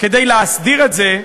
כדי להסדיר את זה,